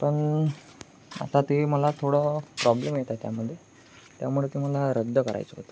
पण आता ते मला थोडं प्रॉब्लेम येत आहे त्यामध्ये त्यामुळे ते मला रद्द करायचं होतं